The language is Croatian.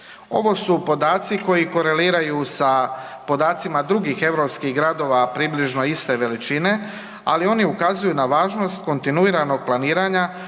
Ovo su podaci koji koreliraju sa podacima drugih europskih gradova približno iste veličine, ali oni ukazuju na važnost kontinuiranog planiranja